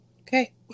Okay